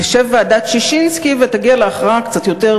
תשב ועדת ששינסקי ותגיע להכרעה קצת יותר